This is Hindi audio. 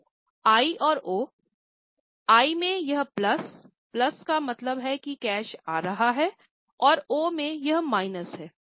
तो आई और ओ आई में यह प्लस प्लस का मतलब कि कैश आ रहा है और ओ में यह माइनस है